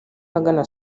ahagana